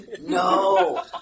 No